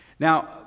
Now